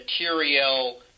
material